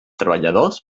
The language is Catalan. treballadors